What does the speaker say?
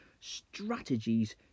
strategies